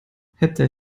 hätte